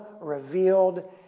revealed